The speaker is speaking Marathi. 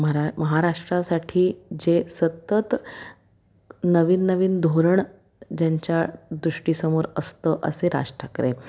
मरा महाराष्ट्रासाठी जे सतत नवीन नवीन धोरण ज्यांच्या दृष्टीसमोर असतं असे राज ठाकरे